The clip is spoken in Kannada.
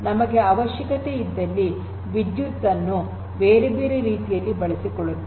ನಮಗೆ ಅವಶ್ಯಕತೆ ಇದ್ದಲ್ಲಿ ವಿದ್ಯುತ್ ಅನ್ನು ಬೇರೆ ಬೇರೆ ರೀತಿಯಲ್ಲಿ ಬಳಸಿಕೊಳ್ಳುತ್ತೇವೆ